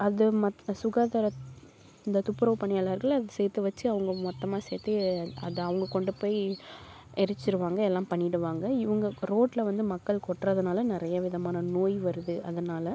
அது மற்ற சுகாதார இந்த துப்புரவு பணியாளர்கள் அதை சேர்த்து வச்சு அவங்க மொத்தமாக சேர்த்து அதை அவங்க கொண்டு போய் எரிச்சிருவாங்கள் எல்லாம் பண்ணிடுவாங்கள் இவங்க ரோட்டில வந்து மக்கள் கொட்டுறதுனால நிறைய விதமான நோய் வருது அதனால்